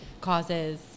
causes